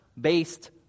based